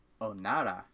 Onara